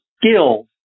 Skills